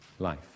Life